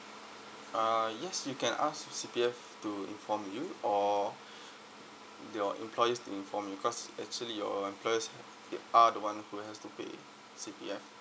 uh yes you can ask C_P_F to inform you or your employers to inform you cause actually your employers are the one who has to pay C_P_F